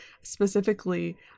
specifically